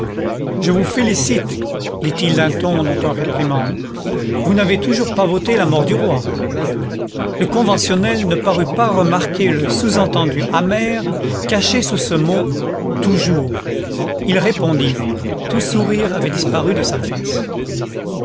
je vous félicite dit-il du ton dont on réprimande vous n'avez toujours pas voté la mort du roi le conventionnel ne parut pas remarquer le sous-entendu amer caché dans ce mot toujours il répondit tout sourire avait disparu de sa face